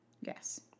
Yes